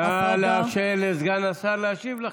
נא לאפשר לסגן השר להשיב לכם.